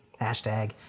Hashtag